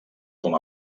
com